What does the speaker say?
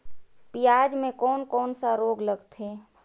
पियाज मे कोन कोन सा रोग लगथे?